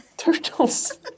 Turtles